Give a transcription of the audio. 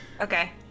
Okay